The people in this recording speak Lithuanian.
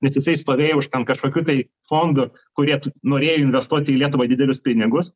nes jisai stovėjo už ten kažkokių tai fondų kurie norėjo investuoti į lietuvą didelius pinigus